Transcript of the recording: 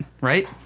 right